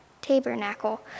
tabernacle